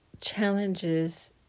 challenges